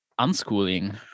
unschooling